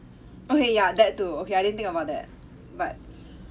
okay ya that too okay I didn't think about that but